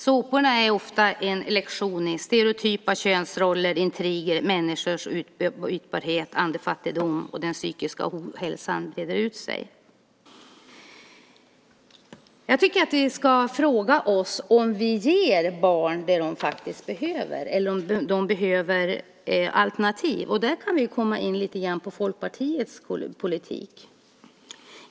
Såporna är ofta en lektion i stereotypa könsroller, intriger, människors utbytbarhet och andefattigdom - den psykiska ohälsan breder ut sig. Jag tycker att vi ska fråga oss om vi ger barn det de faktiskt behöver eller om de behöver alternativ. Där kan vi komma in lite grann på Folkpartiets politik.